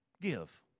give